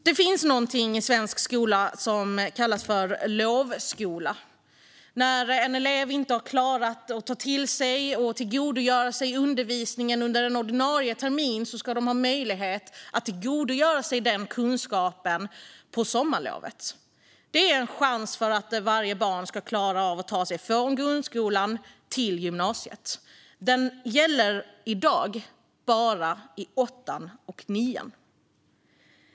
Det finns något i svensk skola som kallas lovskola. När en elev inte har klarat att ta till sig undervisningen under ordinarie termin ska de ha möjlighet att tillgodogöra sig den kunskapen på sommarlovet. Det är en chans för att varje barn ska klara av att ta sig från grundskolan till gymnasiet, men den ges i dag bara i åttan och nian.